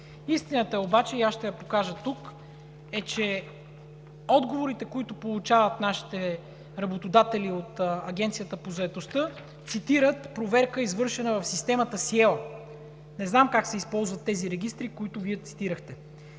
Истината обаче, и аз ще я покажа тук, е, че отговорите, които получават нашите работодатели от Агенцията по заетостта, цитират проверка, извършена в системата „Сиела“. Не знам как се използват тези регистри, които Вие цитирахте.